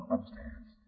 Upstairs